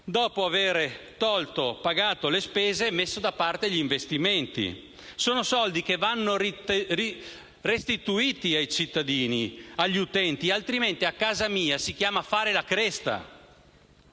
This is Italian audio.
dopo aver pagato le spese e messo da parte gli investimenti. Sono soldi che vanno restituiti ai cittadini, agli utenti, altrimenti a casa mia si chiama «fare la cresta».